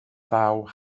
thaw